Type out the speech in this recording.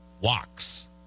walks